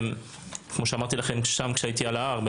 כמו שאמרתי לכם כשהייתי על ההר,